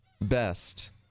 best